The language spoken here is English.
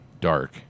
dark